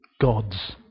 gods